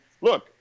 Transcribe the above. look